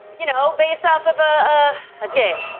you know, based off of a ah ah game.